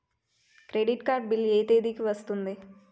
Credit card bill ఎ తేదీ కి వస్తుంది?